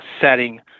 setting